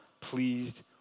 pleased